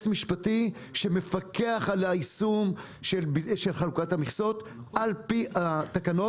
משפטי שמפקח על היישום של חלוקת המכסות על פי התקנות.